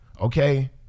Okay